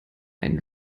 einen